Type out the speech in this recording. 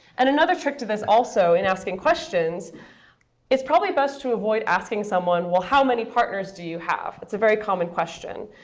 and another trick to this also, in asking questions it's probably best to avoid asking someone, well, how many partners do you have? it's a very common question.